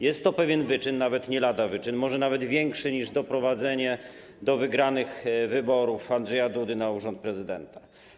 Jest to pewien wyczyn, nawet nie lada wyczyn, może nawet większy niż doprowadzenie do wygranych przez Andrzeja Dudę wyborów na urząd prezydenta.